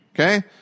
Okay